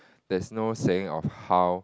there's no saying of how